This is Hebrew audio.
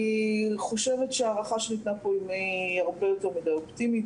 אני חושבת שהערכה שניתנה פה היא יותר מדי אופטימית.